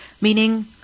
Meaning